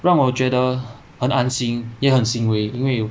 让我觉得很安心也很欣慰因为